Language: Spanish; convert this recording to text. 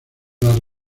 las